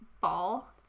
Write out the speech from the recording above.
ball